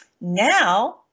Now